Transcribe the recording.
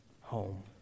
home